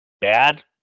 bad